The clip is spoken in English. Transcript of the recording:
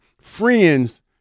friends